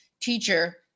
teacher